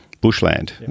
bushland